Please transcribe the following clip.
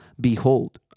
behold